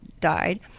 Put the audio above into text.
died